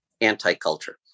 anti-culture